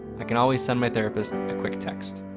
i can always send my therapist a quick text.